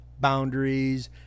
boundaries